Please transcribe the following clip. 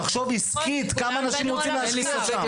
תחשוב עסקית כמה אנשים רוצים להשקיע שם.